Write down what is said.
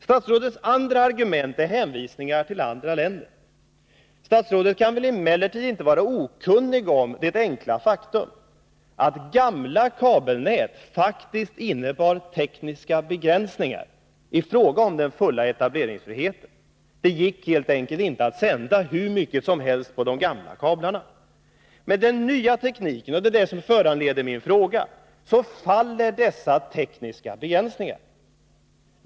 Statsrådets andra argument är en hänvisning till andra länder. Statsrådet kan emellertid inte vara okunnig om det enkla faktum att gamla kabelnät faktiskt innebar tekniska begränsningar i fråga om möjligheterna att klara den fulla etableringsfriheten. Det gick helt enkelt inte att sända hur mycket som helst på de gamla kablarna. Men med den nya tekniken — och det är detta som föranleder min fråga — så faller dessa tekniska begränsningar.